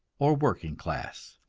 or working class.